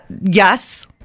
Yes